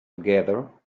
together